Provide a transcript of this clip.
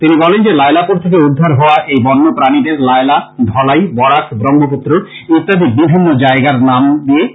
তিনি বলেন যে লায়লাপুর থেকে উদ্ধার হওয়া এই বন্য প্রানীদের লায়লা ধলাই বরাক ব্রম্মপুত্র ইত্যাদি বিভিন্ন জায়গার নাম দিয়ে নামকরণ করা হবে